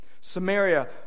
Samaria